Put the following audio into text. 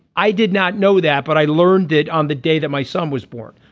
i did not know that but i learned it on the day that my son was born.